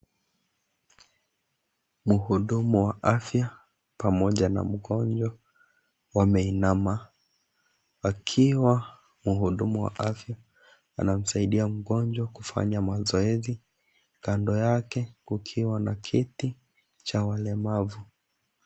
Mhudumu wa afya pamoja na mgonjwa wameinama , wakiwa mhudumu wa afya anamsaidia mgonjwa kufanya mazoezi. Kando yake kukiwa na kiti cha walemavu.